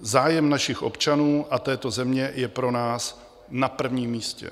Zájem našich občanů a této země je pro nás na prvním místě.